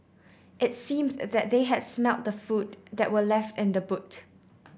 it seemed that they had smelt the food that were left in the boot